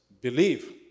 believe